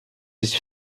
ist